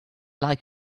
like